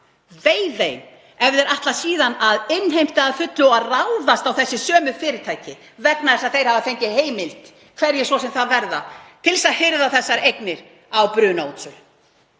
Vei þeim ef þeir ætla síðan að innheimta þau lán að fullu og ráðast á þessi sömu fyrirtæki vegna þess að þeir hafa fengið heimild, hverjir svo sem það verða, til þess að hirða þessar eignir á brunaútsölu.